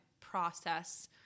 process